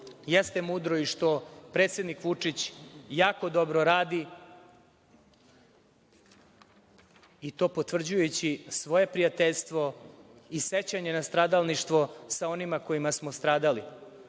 jeste mudro i što predsednik Vučić jako dobro radi i to potvrđujući svoje prijateljstvo i sećanje na stradalništvo sa onima kojima smo stradali,